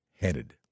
headed